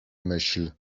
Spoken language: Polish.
myśl